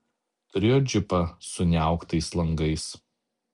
turėjo džipą su niauktais langais